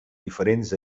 diferents